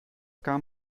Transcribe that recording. kann